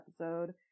episode